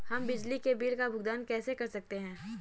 हम बिजली के बिल का भुगतान कैसे कर सकते हैं?